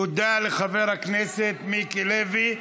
תודה לחבר הכנסת מיקי לוי.